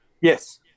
Yes